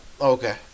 Okay